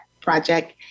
project